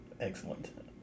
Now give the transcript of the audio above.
excellent